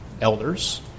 elders